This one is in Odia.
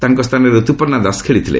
ତାଙ୍କ ସ୍ଥାନରେ ରତୁପର୍ଣ୍ଣା ଦାସ ଖେଳିଥିଲେ